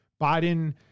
Biden